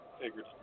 figured